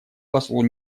послу